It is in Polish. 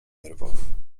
nerwowym